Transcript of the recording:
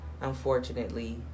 unfortunately